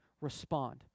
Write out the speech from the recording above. respond